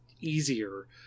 easier